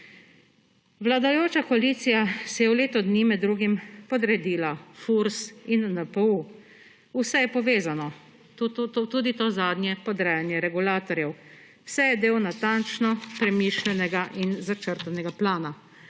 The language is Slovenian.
Vladajoča koalicija se je v letu dni med drugim podredila Furs in NPU. Vse je povezano, tudi to zadnje podrejanje regulatorjev. Vse je del natančno premišljenega in začrtanega plana.